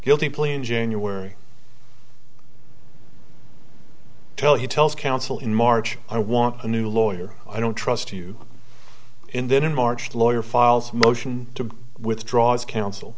guilty plea in january tell he tells counsel in march i want a new lawyer i don't trust you and then in march the lawyer files motion to withdraw as counsel